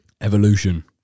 Evolution